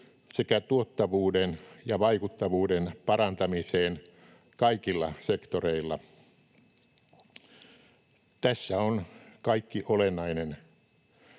sekä tuottavuuden ja vaikuttavuuden parantamiseen kaikilla sektoreilla. Tässä on kaikki olennainen.